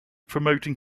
promoting